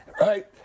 right